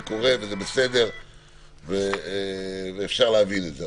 זה קורה וזה בסדר ואפשר להבין את זה.